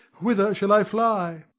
whither shall i fly?